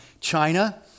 China